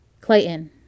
Clayton